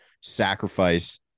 sacrifice